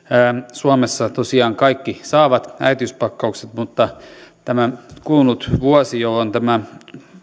suomessa tosiaan kaikki saavat äitiyspakkauksen mutta tämä kulunut vuosi jolloin tämä